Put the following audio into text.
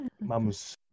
Mum's